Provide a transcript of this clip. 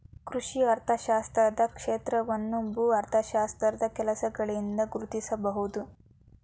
ಕೃಷಿ ಅರ್ಥಶಾಸ್ತ್ರದ ಕ್ಷೇತ್ರವನ್ನು ಭೂ ಅರ್ಥಶಾಸ್ತ್ರದ ಕೆಲಸಗಳಿಂದ ಗುರುತಿಸಬಹುದು